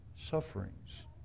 Sufferings